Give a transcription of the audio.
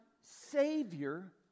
Savior